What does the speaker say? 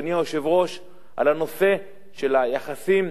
על הנושא של היחסים